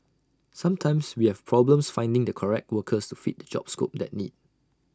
sometimes we have problems finding the correct workers to fit the job scope that need